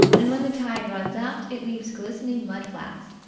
and when the tide runs out it leaves glistening mud flats,